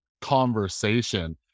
conversation